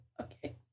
Okay